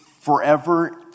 forever